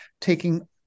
taking